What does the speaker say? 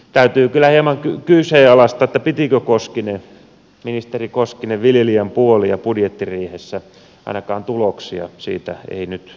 täytyy kyllä hieman kyseenalaistaa pitikö ministeri koskinen viljelijän puolia budjettiriihessä ainakaan tuloksia siitä ei nyt ole